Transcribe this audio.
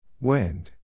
wind